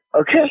okay